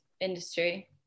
industry